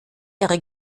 ihre